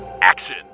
action